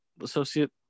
associate